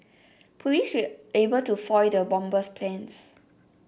police were able to foil the bomber's plans